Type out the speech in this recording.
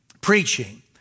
preaching